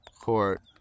court